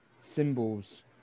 symbols